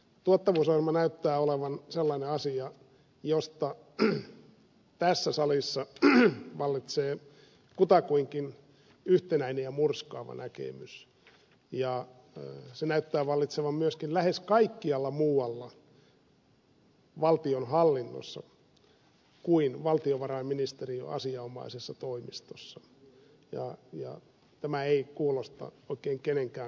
tuottavuusohjelma näyttää olevan sellainen asia josta tässä salissa vallitsee kutakuinkin yhtenäinen ja murskaava näkemys ja se näyttää vallitsevan myöskin lähes kaikkialla muualla valtionhallinnossa kuin valtiovarainministeriön asianomaisessa toimistossa ja tämä ei kuulosta oikein kenenkään kannalta hyvältä